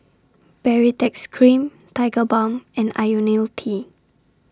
Baritex Cream Tigerbalm and Ionil T